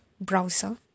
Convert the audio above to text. browser